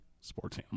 sports